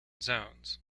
zones